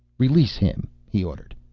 release him, he ordered.